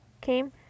came